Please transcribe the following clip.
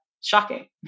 Shocking